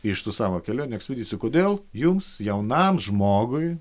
iš tų savo kelionių ekspedicijų kodėl jums jaunam žmogui